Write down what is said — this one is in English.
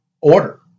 order